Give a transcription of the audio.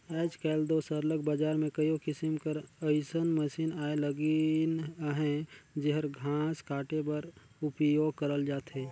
आएज काएल दो सरलग बजार में कइयो किसिम कर अइसन मसीन आए लगिन अहें जेहर घांस काटे बर उपियोग करल जाथे